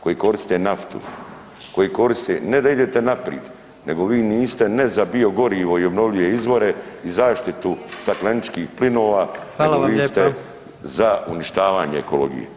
Koji koriste naftu, koji koriste, ne da idete naprid, nego vi niste, ne za biogorivo i obnovljive izvore i zaštitu stakleničkih plinova, nego vi ste [[Upadica: Hvala vam lijepa.]] za uništavanje ekologije.